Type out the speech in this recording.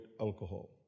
alcohol